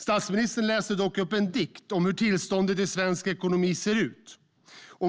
Statsministern läste dock upp en dikt om hur tillståndet i svensk ekonomi ser ut.